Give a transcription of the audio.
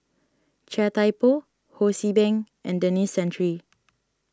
Chia Thye Poh Ho See Beng and Denis Santry